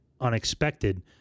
unexpected